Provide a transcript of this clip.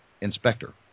inspector